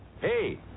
Hey